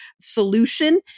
solution